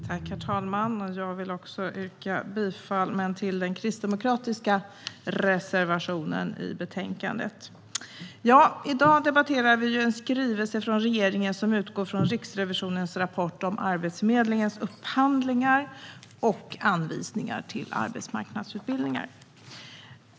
Herr talman! Jag vill också yrka bifall, men till den kristdemokratiska reservationen i betänkandet. I dag debatterar vi en skrivelse från regeringen som utgår från Riksrevisionens rapport om Arbetsförmedlingens upphandlingar av och anvisningar till arbetsmarknadsutbildningar.